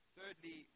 Thirdly